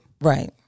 Right